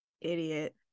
Idiot